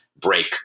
break